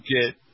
get